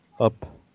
up